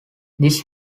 this